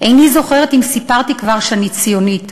"איני זוכרת אם סיפרתי כבר שאני ציונית.